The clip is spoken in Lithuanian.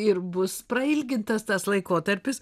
ir bus prailgintas tas laikotarpis